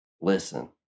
Listen